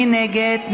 מי נגד?